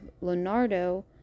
Leonardo